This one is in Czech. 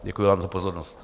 Děkuji vám za pozornost.